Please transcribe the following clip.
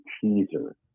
teaser